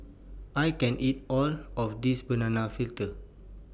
I can't eat All of This Banana Fritters